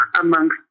amongst